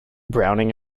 browning